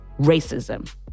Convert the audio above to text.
racism